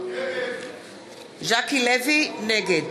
נגד